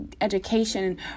education